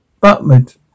butt